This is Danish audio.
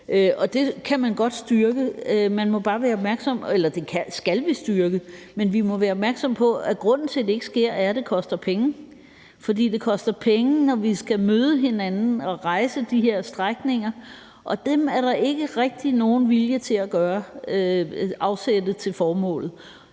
det skal vi styrke. Men vi må være opmærksomme på, at grunden til, at det ikke sker, er, at det koster penge. For det koster penge, når vi skal møde hinanden og rejse de her strækninger, og dem er der ikke rigtig nogen vilje til at afsætte til formålet.